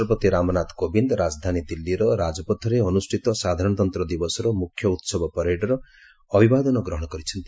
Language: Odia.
ରାଷ୍ଟ୍ରପତି ରାମନାଥ କୋବିନ୍ଦ ରାଜଧାନୀ ଦିଲ୍ଲୀର ରାଜପଥରେ ଅନୁଷ୍ଠିତ ସାଧାରଣତନ୍ତ୍ର ଦିବସର ମୁଖ୍ୟ ଉତ୍ସବ ପ୍ୟାରେଡ୍ର ଅଭିବାଦନ ଗ୍ରହଣ କରଛନ୍ତି